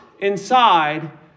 inside